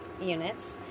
units